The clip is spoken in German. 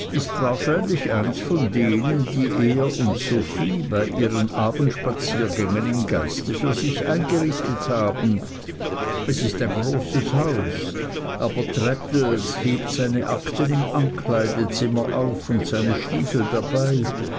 ist wahrscheinlich eins von denen die er und sophie bei ihren abendspaziergängen im geiste für sich eingerichtet haben es ist ein großes haus aber traddles hebt seine akten im ankleidezimmer auf und seine stiefel dabei